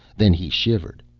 then he shivered.